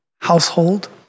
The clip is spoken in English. household